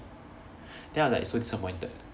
then I was like so disappointed